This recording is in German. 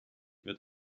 wird